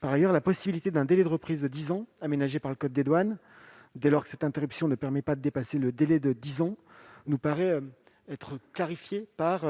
Par ailleurs, la possibilité d'un délai de reprise de dix ans aménagé par le code des douanes, dès lors que cette interruption ne permet pas de dépasser le délai de dix ans, nous paraît être clarifiée par